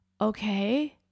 Okay